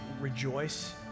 rejoice